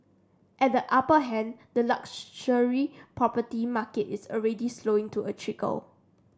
at the upper end the luxury property market is already slowing to a trickle